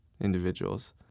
individuals